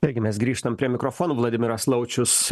taigi mes grįžtam prie mikrofono vladimiras laučius